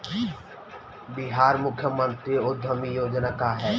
बिहार मुख्यमंत्री उद्यमी योजना का है?